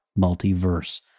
Multiverse